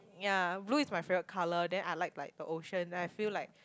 ya blue is my favourite colour then I like like the ocean then I feel like